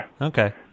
Okay